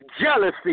Jealousy